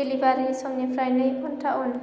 डेलिभारिनि समनिफ्राय नै घन्टा उन